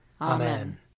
Amen